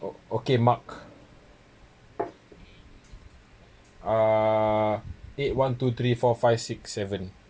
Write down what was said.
o~ okay mark uh eight one two three four five six seven